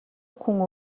хүн